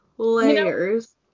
Layers